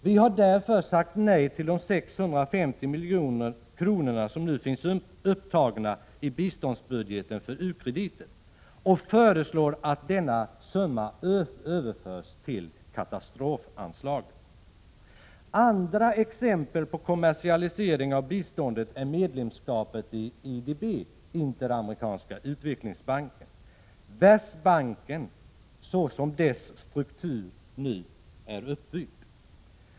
Vi har därför sagt nej till de 650 milj.kr. som finns upptagna i biståndsbudgeten för u-krediter, och föreslår att denna summa överförs till katastrofanslaget. Andra exempel på kommersialisering av biståndet är medlemskapet i IDB — Interamerikanska utvecklingsbanken —, Världsbanken, så som dess struktur nu är uppbyggd.